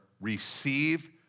receive